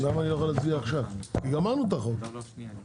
רביזיה אחת, נימוק אחד.